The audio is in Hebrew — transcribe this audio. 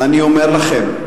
ואני אומר לכם: